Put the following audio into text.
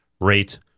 rate